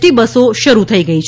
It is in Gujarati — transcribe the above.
ટી બસો શરૂ થઇ ગઇ છે